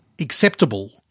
acceptable –